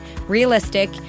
realistic